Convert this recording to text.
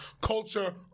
Culture